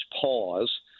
pause